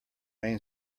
main